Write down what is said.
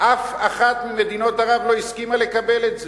אף אחת ממדינות ערב לא הסכימה לקבל את זה.